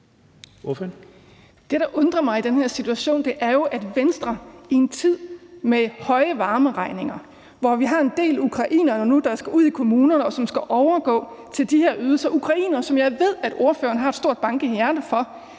Det, der undrer mig i den her situation, er jo, at Venstre i en tid med høje varmeregninger, og hvor vi har en del ukrainere, der skal ud i kommunerne og overgå til at være på de her ydelser – ukrainere, som jeg ved at ordføreren har et stort bankende hjerte for